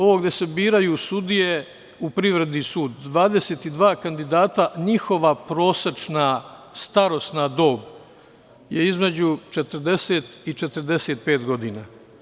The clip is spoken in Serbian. Ovo gde se biraju sudije u Privrednom sudu, 22 kandidata, njihova prosečna starosna dob je između 40 i 45 godina.